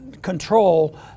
control